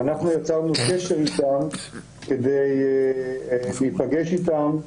ואנחנו יצרנו קשר איתם כדי להיפגש איתם,